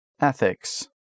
Ethics